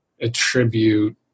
attribute